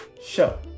show